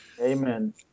Amen